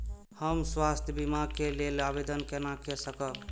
हम स्वास्थ्य बीमा के लेल आवेदन केना कै सकब?